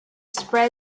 spread